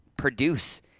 produce